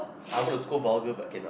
I wanna scold vulgar but cannot